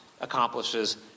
accomplishes